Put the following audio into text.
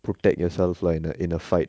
protect yourself lah in a in a fight